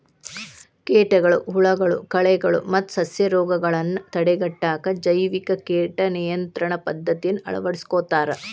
ಕೇಟಗಳು, ಹುಳಗಳು, ಕಳೆಗಳು ಮತ್ತ ಸಸ್ಯರೋಗಗಳನ್ನ ತಡೆಗಟ್ಟಾಕ ಜೈವಿಕ ಕೇಟ ನಿಯಂತ್ರಣ ಪದ್ದತಿಯನ್ನ ಅಳವಡಿಸ್ಕೊತಾರ